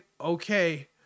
Okay